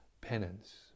penance